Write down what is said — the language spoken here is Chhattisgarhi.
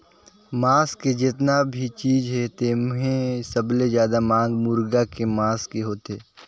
मांस के जेतना भी चीज हे तेम्हे सबले जादा मांग मुरगा के मांस के होथे